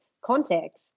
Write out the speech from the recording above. context